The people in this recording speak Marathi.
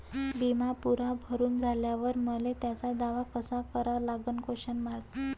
बिमा पुरा भरून झाल्यावर मले त्याचा दावा कसा करा लागन?